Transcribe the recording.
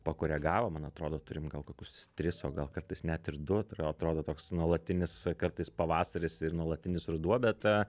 pakoregavo man atrodo turim gal kokius tris o gal kartais net ir du atro atrodo toks nuolatinis kartais pavasaris ir nuolatinis ruduo bet